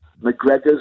McGregor's